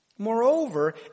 Moreover